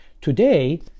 Today